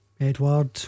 Edward